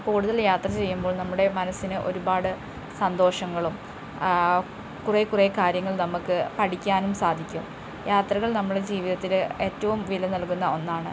കൂടുതൽ യാത്രചെയ്യുമ്പോൾ നമ്മുടെ മനസ്സിന് ഒരുപാട് സന്തോഷങ്ങളും കുറേ കുറേ കാര്യങ്ങൾ നമ്മൾക്ക് പഠിക്കാനും സാധിക്കും യാത്രകൾ നമ്മുടെ ജീവിതത്തില് ഏറ്റവും വില നൽകുന്ന ഒന്നാണ്